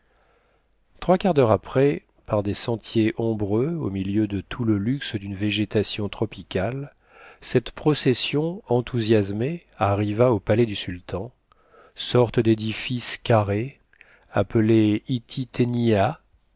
trois quarts d'heure après par des sentiers ombreux au milieu de tout le luxe d'une végétation tropicale cette procession enthousiasmée arriva au palais du sultan sorte d'édifice carré appelé